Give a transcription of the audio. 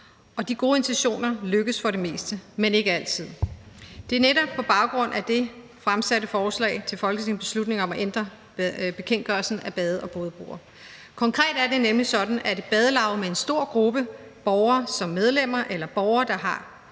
og de gode intentioner lykkes for det meste, men ikke altid. Det er netop på baggrund af det, forslaget til folketingsbeslutning om at ændre bekendtgørelsen om bade- og bådebroer er fremsat. Konkret er det nemlig sådan, at et badelav med en stor gruppe borgere som medlemmer eller borgere, der